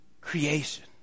creation